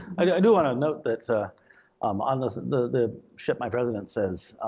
and i do wanna note that ah um on the shit my president says,